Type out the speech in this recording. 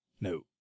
No